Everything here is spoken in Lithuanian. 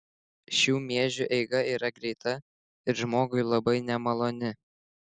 šių miežių eiga yra greita ir žmogui labai nemaloni